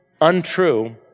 untrue